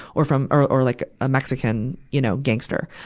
or from, or, or like a mexican, you know, gangster?